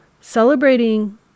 celebrating